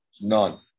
None